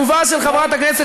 חברת הכנסת